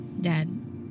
Dad